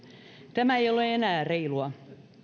tämä ei ole enää reilua